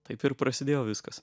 taip ir prasidėjo viskas